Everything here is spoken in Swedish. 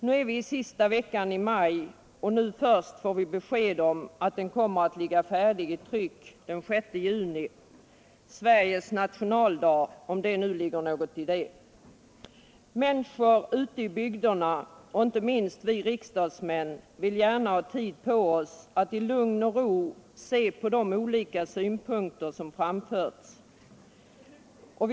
Nu är vi i sista veckan i maj och först nu får vi besked om att sammanställningen kommer att föreligga färdig i tryck den 6 juni — Sveriges nationaldag, om det nu ligger något i det. Människor ute i bygderna, och inte minst vi riksdagsmän, vill gärna ha möjlighet att i lugn och ro se på de olika synpunkter som framförts.